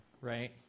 right